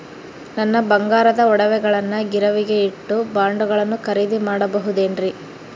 ನನ್ನ ಬಂಗಾರದ ಒಡವೆಗಳನ್ನ ಗಿರಿವಿಗೆ ಇಟ್ಟು ಬಾಂಡುಗಳನ್ನ ಖರೇದಿ ಮಾಡಬಹುದೇನ್ರಿ?